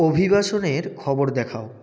অভিবাসনের খবর দেখাও